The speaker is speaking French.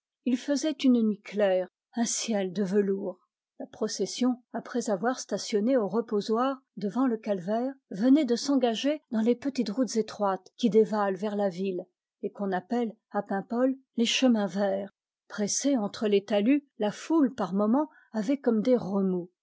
il faisait une claire nuit un ciel de velours la procession après avoir stationné au reposoir devant le calvaire venait de s'engager dans les petites routes étroites qui dévalent vers la ville et qu'on appelle à paimpol les chemins verts pressés entre les talus la foule par moments avait comme des remous